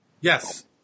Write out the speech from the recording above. Yes